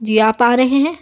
جی آپ آ رہے ہیں